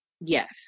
Yes